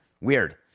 Weird